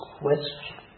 question